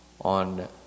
on